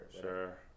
Sure